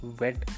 wet